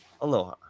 aloha